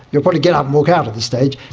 you'll probably get up and walk out at this stage!